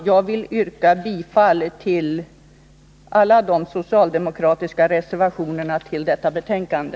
Jag vill yrka bifall till alla de socialdemokratiska reservationerna vid detta betänkande.